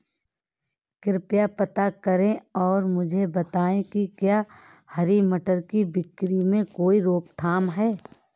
कृपया पता करें और मुझे बताएं कि क्या हरी मटर की बिक्री में कोई रोकथाम है?